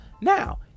Now